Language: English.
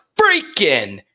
freaking